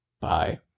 Bye